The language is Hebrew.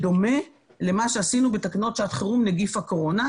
בדומה למה שעשינו בתקנות שעת חירום (נגיף הקורונה),